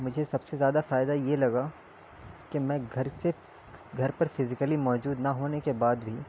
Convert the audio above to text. مجھے سب سے زیادہ فائدہ یہ لگا کہ میں گھر سے گھر پر فزیکلی موجود نہ ہونے کے بعد بھی